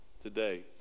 today